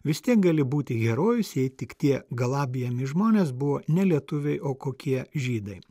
vis tiek gali būti herojus jei tik tie galabijami žmonės buvo nelietuviai o kokie žydai